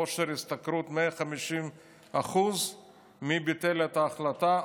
כושר השתכרות 150% מי ביטל את ההחלטה?